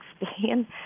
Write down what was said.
explain